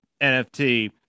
NFT